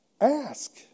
Ask